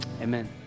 Amen